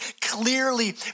Clearly